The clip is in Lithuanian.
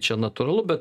čia natūralu bet